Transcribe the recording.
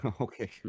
Okay